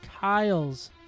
Kyle's